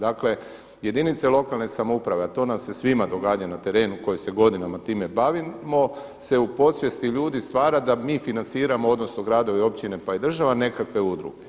Dakle jedinice lokalne samouprave, a to nam se svima događa na trenu koji se godinama time bavimo se u podsvijesti ljudi stvara da mi financiramo odnosno gradovi i općine pa i država nekakve udruge.